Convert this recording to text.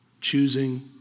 choosing